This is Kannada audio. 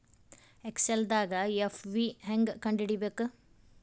ಎಕ್ಸೆಲ್ದಾಗ್ ಎಫ್.ವಿ ಹೆಂಗ್ ಕಂಡ ಹಿಡಿಬೇಕ್